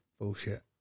Bullshit